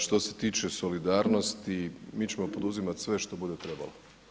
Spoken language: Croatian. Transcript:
Što se tiče solidarnosti mi ćemo poduzimati sve što bude trebalo.